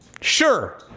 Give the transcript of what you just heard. Sure